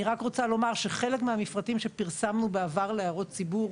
אני רק רוצה לומר שחלק מהמפרטים שפרסמנו בעבר להערות ציבור,